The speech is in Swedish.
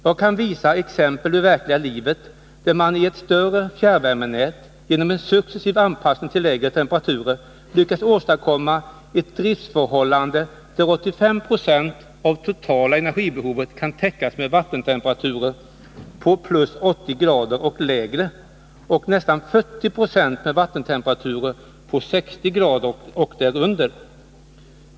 Jag kan visa exempel ur verkliga livet hur man i ett större fjärrvärmenät genom en successiv anpassning till lägre temperaturer lyckats åstadkomma ett driftsförhållande där 85 96 av totala energibehovet kan täckas med vattentemperaturer på +809C och lägre och där nästan 40 96 av totala energibehovet kan täckas med vattentemperaturer på +60”C och därunder.